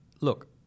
look